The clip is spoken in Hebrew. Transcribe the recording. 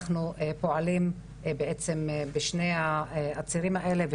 אנחנו פועלים בשני הצירים האלה.